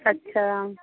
अच्छा